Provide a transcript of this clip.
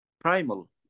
Primal